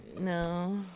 No